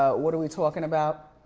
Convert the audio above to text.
ah what are we talking about?